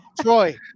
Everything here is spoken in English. Troy